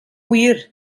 wir